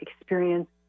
experience